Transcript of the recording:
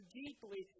deeply